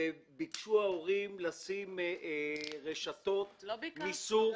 וביקשו ההורים לשים רשתות מיסוך.